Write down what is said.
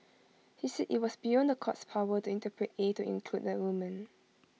he said IT was beyond the court's power to interpret A to include A woman